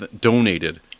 donated